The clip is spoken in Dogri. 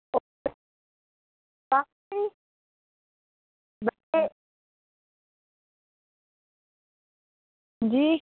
अंजी